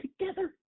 together